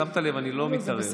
שמת לב, אני לא מתערב.